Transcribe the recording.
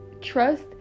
trust